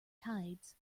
tides